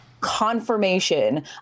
confirmation